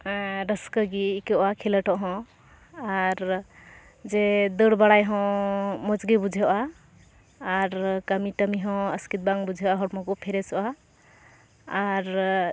ᱨᱟᱹᱥᱟᱠᱟᱹ ᱜᱮ ᱟᱹᱭᱠᱟᱹᱜᱼᱟ ᱠᱷᱮᱞᱳᱰᱚᱜ ᱦᱚᱸ ᱟᱨ ᱡᱮ ᱫᱟᱹᱲ ᱵᱟᱲᱟᱭ ᱦᱚᱸ ᱢᱚᱡᱽ ᱜᱮ ᱵᱩᱡᱷᱟᱹᱜᱼᱟ ᱟᱨ ᱠᱟᱹᱢᱤ ᱴᱟᱹᱢᱤ ᱦᱚᱸ ᱟᱥᱠᱮᱛ ᱵᱟᱝ ᱵᱩᱡᱷᱟᱹᱜᱼᱟ ᱦᱚᱲᱢᱚ ᱠᱚ ᱯᱷᱮᱨᱮᱥᱚᱜᱼᱟ ᱟᱨ